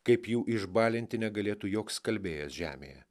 kaip jų išbalinti negalėtų joks skalbėjas žemėje